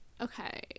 Okay